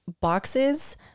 boxes